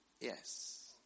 Yes